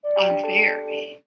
unfair